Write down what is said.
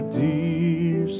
dear